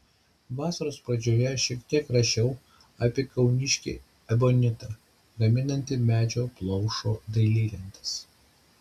vasaros pradžioje šiek tiek rašiau apie kauniškį ebonitą gaminantį medžio plaušo dailylentes